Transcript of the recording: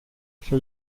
für